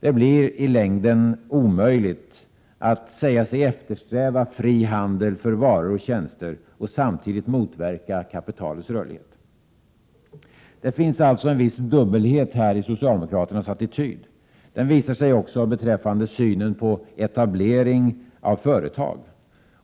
Det blir i längden omöjligt att säga sig eftersträva fri handel för varor och tjänster och samtidigt motverka kapitalets rörlighet. Det finns alltså en viss dubbelhet här i socialdemokraternas attityd. Den visar sig också beträffande synen på etablering av företag.